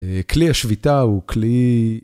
כלי השביתה הוא כלי...